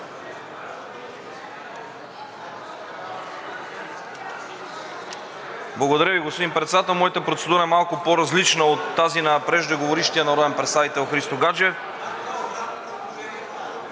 Благодаря Ви, господин Председател. Моята процедура е малко по-различна от тази на преждеговорившия народен представител Христо Гаджев.